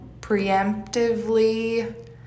preemptively